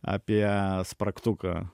apie spragtuką